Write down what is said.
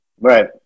Right